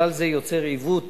כלל זה יוצר עיוות